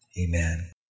amen